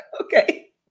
okay